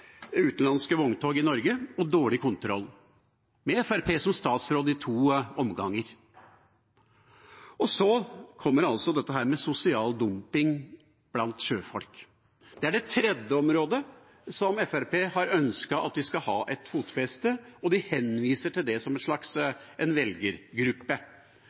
utenlandske vogntog i Norge og dårlig kontroll – med statsråd fra Fremskrittspartiet i to omganger. Og så kommer altså dette med sosial dumping blant sjøfolk. Det er det tredje området hvor Fremskrittspartiet har ønsket at de skal ha et fotfeste, og de henviser til dem som en slags velgergruppe.